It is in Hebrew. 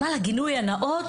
למען הגילוי הנאות,